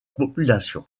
population